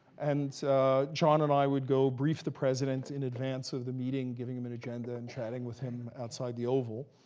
and john and i would go brief the president in advance of the meeting, giving him an agenda and chatting with him, outside the oval.